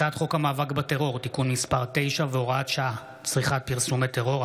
הצעת חוק המאבק בטרור (תיקון מס' 9 והוראת שעה) (צריכת פרסומי טרור),